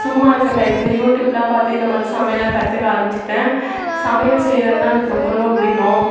சும்மா இருக்கிற டையத்தில் யூடியூப்லாம் பார்த்து இந்த மாதிரி சமையல் எல்லாம் கற்றுக்க ஆரம்பிச்சிட்டேன் சமையல் செய்கிறது தான் எனக்கு ரொம்ப ரொம்ப பிடிக்கும்